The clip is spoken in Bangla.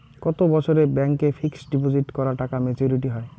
কত বছরে ব্যাংক এ ফিক্সড ডিপোজিট করা টাকা মেচুউরিটি হয়?